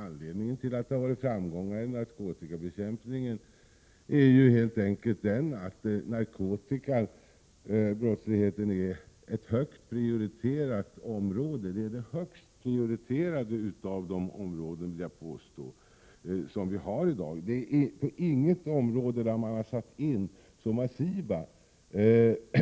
Anledningen till det är helt enkelt att narkotikabrottsligheten är ett högt prioriterat område — det högst prioriterade av de områden vi har i dag, vill jag påstå. Det finns inget annat område där man har satt in så massiva